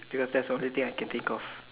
because that's the only thing I can think of